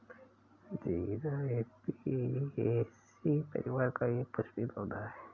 जीरा ऍपियेशी परिवार का एक पुष्पीय पौधा है